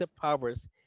powers